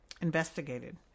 investigated